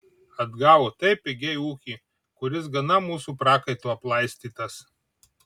atgavo taip pigiai ūkį kuris gana mūsų prakaitu aplaistytas